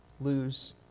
lose